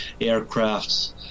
aircrafts